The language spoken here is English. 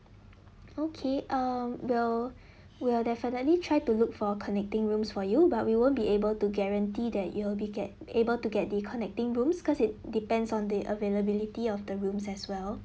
okay um we'll we'll definitely try to look for a connecting rooms for you but we won't be able to guarantee that you will be get able to get the connecting rooms cause it depends on the availability of the rooms as well